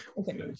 Okay